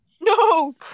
No